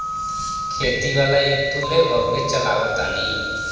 खेती वाला ऐप तू लेबऽ उहे चलावऽ तानी